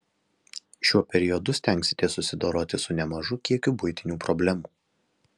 šiuo periodu stengsitės susidoroti su nemažu kiekiu buitinių problemų